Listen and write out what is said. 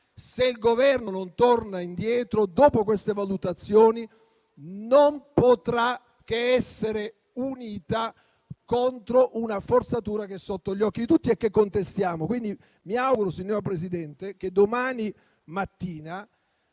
se il Governo non torna indietro dopo queste valutazioni, non potranno che essere unite contro una forzatura che è sotto gli occhi di tutti e che contestiamo. Quindi, mi auguro, signor Presidente, che domani mattina